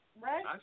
Right